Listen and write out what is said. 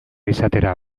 izatera